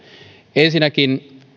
ensinnäkin